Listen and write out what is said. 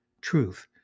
truth